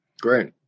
Great